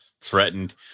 threatened